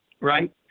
right